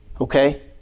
Okay